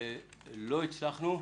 מצד אחד, לא הצלחנו.